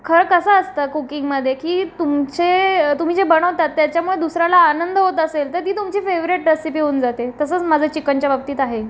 खरं कसं असतं कुकिंगमध्ये की तुमचे तुम्ही जे बनवतात त्याच्यामुळे दुसऱ्याला आनंद होत असेल तर ती तुमची फेवरेट रेसिपी होऊन जाते तसंच माझं चिकनच्या बाबतीत आहे